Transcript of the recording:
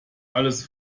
alles